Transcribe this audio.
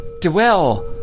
dwell